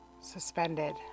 suspended